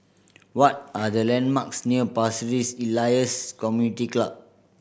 what are the landmarks near Pasir Ris Elias Community Club